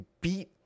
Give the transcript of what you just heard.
beat